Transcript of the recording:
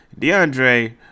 DeAndre